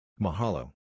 Mahalo